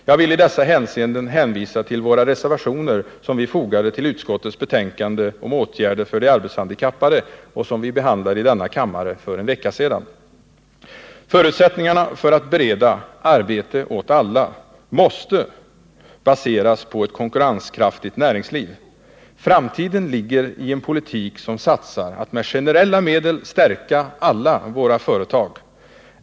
Jag vill i dessa hänseenden hänvisa till våra reservationer som fogats till utskottets betänkande om åtgärder för de arbetshandikappade. Frågan behandlades i denna kammare för en vecka sedan. Förutsättningarna för att bereda arbete åt alla måste baseras på ett konkurrenskraftigt näringsliv. Framtiden ligger i en politik som satsar på att med generella medel stärka alla våra företag.